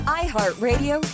iHeartRadio